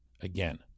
again